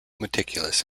meticulous